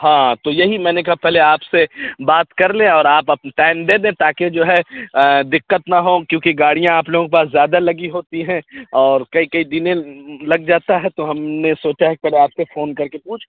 ہاں تو یہی میں نے کہا پہلے آپ سے بات کر لیں اور آپ اپنا ٹائم دے دیں تاکہ جو ہے دقت نہ ہو کیونکہ گاڑیاں آپ لوگوں کے پاس زیادہ لگی ہوتی ہیں اور کئی کئی دِن لگ جاتا ہے تو ہم نے سوچا ہے پہلے آپ سے فون کر کے پوچھ